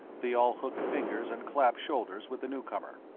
they all hooked fingers and clapped shoulders with the newcomer.